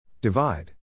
Divide